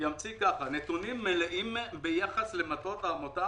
"ימציא נתונים מלאים ביחס למטרות העמותה